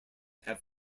have